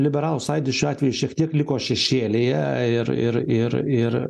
liberalų sąjūdis šiuo atveju šiek tiek liko šešėlyje ir ir ir ir